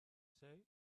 say